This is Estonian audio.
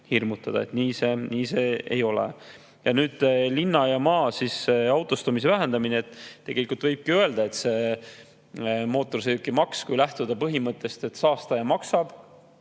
Nii see ei ole. Nüüd linnas ja maal autostumise vähendamisest. Tegelikult võibki öelda, et mootorsõidukimaksu, kui lähtuda põhimõttest, et saastaja maksab,